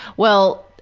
well,